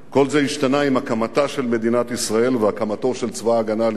כל זה השתנה עם הקמתה של מדינת ישראל והקמתו של צבא-הגנה לישראל.